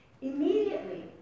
Immediately